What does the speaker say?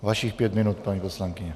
Vašich pět minut, paní poslankyně.